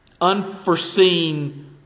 unforeseen